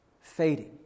fading